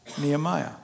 Nehemiah